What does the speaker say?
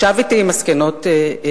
הוא ישב אתי עם מסקנות הביניים.